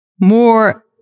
more